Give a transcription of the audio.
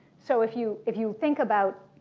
so if you if you think about